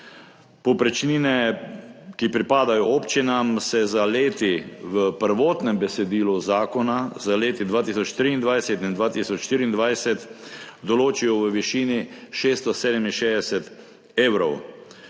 Povprečnine, ki pripadajo občinam, se v prvotnem besedilu zakona za leti 2023 in 2024 določijo v višini 667 evrov.